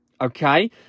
okay